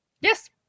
yes